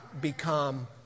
become